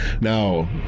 Now